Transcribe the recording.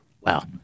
Wow